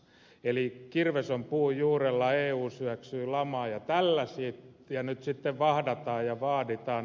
eli kirves on puun juurella eu syöksyy lamaan ja tällaisia nyt sitten vahdataan ja vaaditaan